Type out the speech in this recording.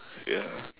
ya